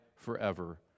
Forever